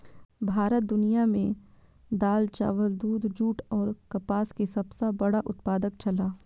भारत दुनिया में दाल, चावल, दूध, जूट और कपास के सब सॉ बड़ा उत्पादक छला